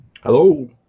hello